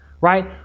right